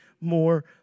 more